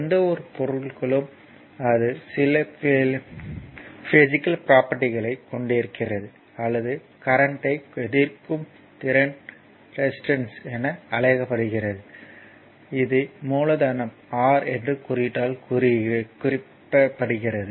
எந்தவொரு பொருளுக்கும் அது சில பிஸிக்கல் ப்ரோபர்ட்டிகளைக் கொண்டிருக்கிறது அல்லது கரண்ட்யை எதிர்க்கும் திறன் ரெசிஸ்டன்ஸ் என அழைக்கப்படுகிறது இது மூலதனம் R என்ற குறியீட்டால் குறிக்கப்படுகிறது